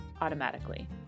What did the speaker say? automatically